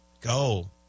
go